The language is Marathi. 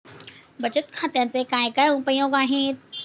बचत खात्याचे काय काय उपयोग आहेत?